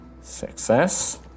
Success